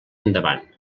endavant